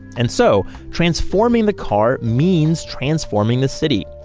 and so transforming the car means transforming the city.